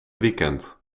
weekend